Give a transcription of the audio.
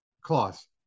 clause